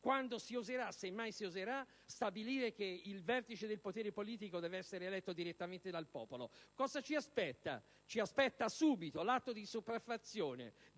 quando si oserà, se mai si oserà, stabilire che il vertice del potere politico deve essere eletto direttamente dal popolo. Cosa ci aspetta? Ci aspetta subito l'atto di sopraffazione